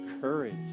courage